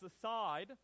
aside